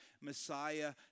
Messiah